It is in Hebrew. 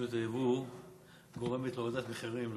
מדיניות הייבוא גורמת לירידת מחירים,